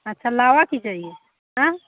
अच्छा लावा की चाहिए